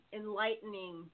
enlightening